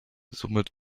somit